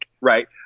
right